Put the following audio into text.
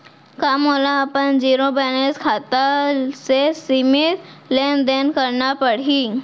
का मोला अपन जीरो बैलेंस खाता से सीमित लेनदेन करना पड़हि?